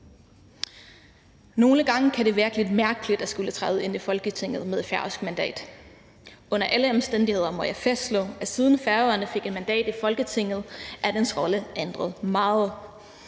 Nogle gange kan det virke lidt mærkeligt at skulle træde ind i Folketinget med et færøsk mandat. Under alle omstændigheder må jeg fastslå, at siden Færøerne fik mandater i Folketinget, er denne rolle ændret meget.